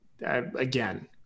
again